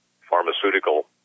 pharmaceutical